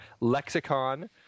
lexicon